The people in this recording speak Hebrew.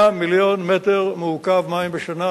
100 מיליון מטר מעוקב מים בשנה.